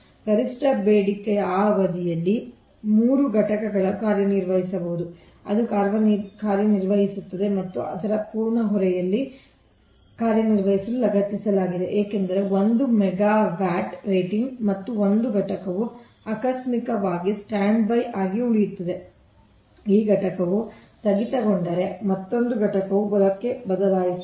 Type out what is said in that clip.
ಗರಿಷ್ಠ ಬೇಡಿಕೆಯ ಆ ಅವಧಿಯಲ್ಲಿ 3 ಘಟಕಗಳು ಕಾರ್ಯನಿರ್ವಹಿಸಬಹುದು ಅದು ಕಾರ್ಯನಿರ್ವಹಿಸುತ್ತದೆ ಮತ್ತು ಅದರ ಪೂರ್ಣ ಹೊರೆಯಲ್ಲಿ ಕಾರ್ಯನಿರ್ವಹಿಸಲು ಲಗತ್ತಿಸಲಾಗಿದೆ ಏಕೆಂದರೆ 1 ಮೆಗಾವ್ಯಾಟ್ ರೇಟಿಂಗ್ ಮತ್ತು 1 ಘಟಕವು ಆಕಸ್ಮಿಕವಾಗಿ ಸ್ಟ್ಯಾಂಡ್ಬೈ ಆಗಿ ಉಳಿಯುತ್ತದೆ 1 ಘಟಕವು ಸ್ಥಗಿತಗೊಂಡರೆ ಮತ್ತೊಂದು ಘಟಕವು ಬಲಕ್ಕೆ ಬದಲಾಯಿಸಬಹುದು